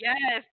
Yes